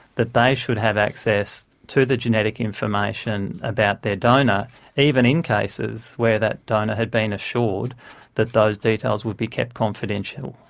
that they should have access to the genetic information about their donor even in cases where that donor had been assured that those details would be kept confidential.